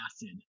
acid